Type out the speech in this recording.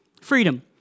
Freedom